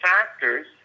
factors